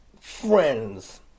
friends